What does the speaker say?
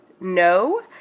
No